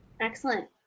Excellent